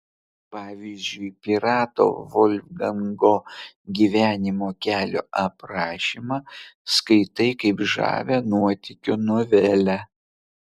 pavyzdžiui pirato volfgango gyvenimo kelio aprašymą skaitai kaip žavią nuotykių novelę